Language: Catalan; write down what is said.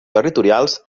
territorials